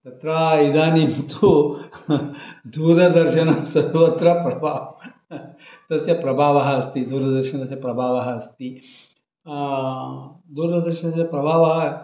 तत्र इदानीं तु दूरदर्शनं सर्वत्र तस्य प्रभावः अस्ति दूरदर्शनस्य प्रभावः अस्ति दूरदर्शन प्रभावः